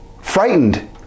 frightened